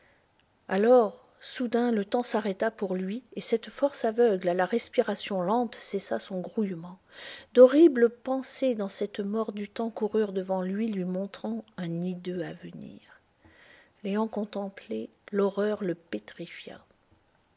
alors soudain le temps s'arrêta pour lui et cette force aveugle à la respiration lente cessa son grouillement d'horribles pensées dans cette mort du temps coururent devant lui lui montrant un hideux avenir l'ayant contemplé l'horreur le pétrifia